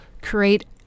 create